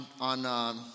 On